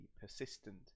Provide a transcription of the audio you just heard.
persistent